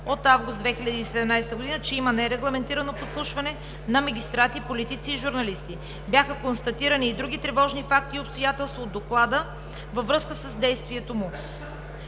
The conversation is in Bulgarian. от август 2017 г., че има нерегламентирано подслушване на магистрати, политици и журналисти. Бяха констатирани и други тревожни факти и обстоятелства от Доклада във връзка с действието му.